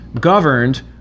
governed